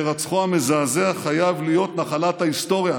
והירצחו המזעזע חייב להיות נחלת ההיסטוריה,